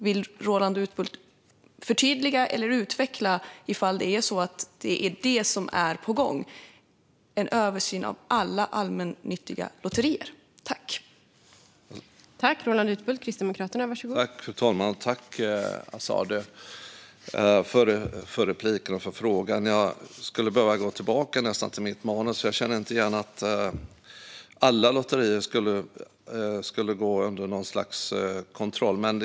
Vill Roland Utbult förtydliga eller utveckla om det handlar om en översyn av alla allmännyttiga lotterier?